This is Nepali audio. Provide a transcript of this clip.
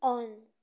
अन